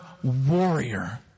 warrior